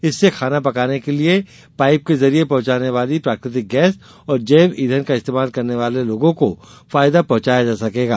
इससे खाना पकाने के लिये पाइप के जरिये पहुंचाने वाली प्राकृतिक गैस और जैव ईधन का इस्तेमाल करने वाले लोगों को फायदा पहुंचाया जा सकेगा